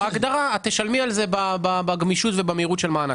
בהגדרה תשלמי על זה בגמישות ובמהירות של המענק.